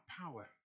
power